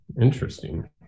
interesting